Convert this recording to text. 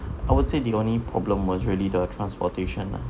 I would say the only problem was really the transportation lah